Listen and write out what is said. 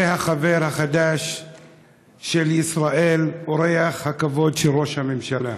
זה החבר החדש של ישראל, אורח הכבוד של ראש הממשלה.